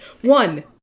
one